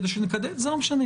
כדי שנקדם זה לא משנה,